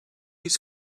his